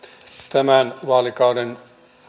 tämän vaalikauden